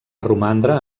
romandre